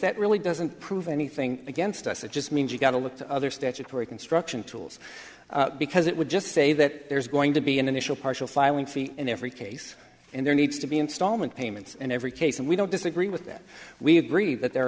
that really doesn't prove anything against us it just means you've got to look the other statutory construction tools because it would just say that there's going to be an initial partial filing fee in every case and there needs to be installment payments in every case and we don't disagree with that we agree that the